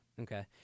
Okay